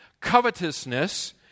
covetousness